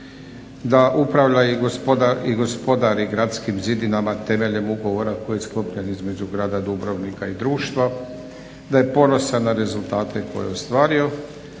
da upravlja i gospodari gradskim zidinama temeljem ugovora koji je sklopljen između grada Dubrovnika i Društva, da je ponosan na rezultate koje je ostvario